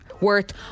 Worth